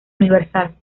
universal